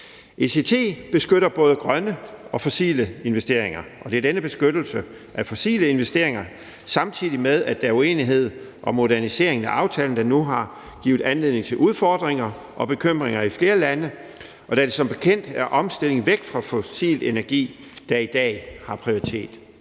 ECT beskytter både grønne og fossile investeringer, og det er denne beskyttelse af fossile investeringer, samtidig med at der er uenighed om modernisering af aftalen, der nu har givet anledning til udfordringer og bekymringer i flere lande, da det som bekendt er omstillingen væk fra fossil energi, der i dag har prioritet.